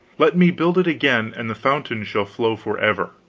let me build it again, and the fountain shall flow forever.